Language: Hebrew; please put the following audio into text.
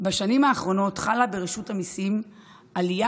בשנים האחרונות חלה ברשות המיסים עלייה